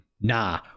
Nah